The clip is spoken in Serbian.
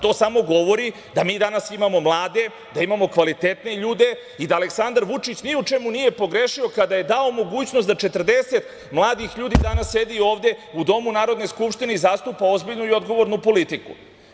To samo govori da mi danas imamo mlade, da imamo kvalitetne ljude i da Aleksandar Vučić ni u čemu nije pogrešio kada je dao mogućnost da 40 mladih ljudi danas sedi ovde u domu Narodne skupštine i zastupa ozbiljnu i odgovornu politiku.